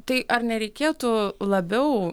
tai ar nereikėtų labiau